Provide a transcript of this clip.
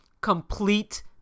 complete